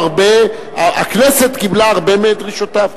והכנסת קיבלה הרבה מדרישותיו.